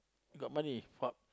got money